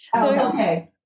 Okay